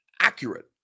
accurate